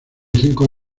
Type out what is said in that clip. cinco